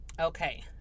Okay